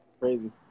Crazy